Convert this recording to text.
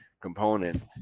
component